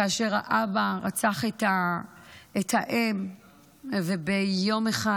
כאשר האבא רצח את האם וביום אחד,